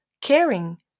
caring